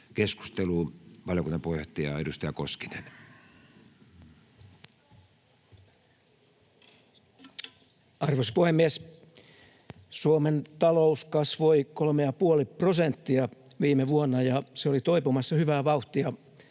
Keskustelu, valiokunnan puheenjohtaja edustaja Koskinen. Arvoisa puhemies! Suomen talous kasvoi 3,5 prosenttia viime vuonna, ja se oli toipumassa hyvää vauhtia